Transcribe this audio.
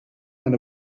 and